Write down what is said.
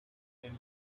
than